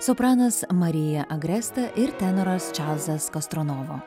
sopranas maria agresta ir tenoras čarlzas kostronovo